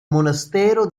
monastero